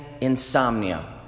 insomnia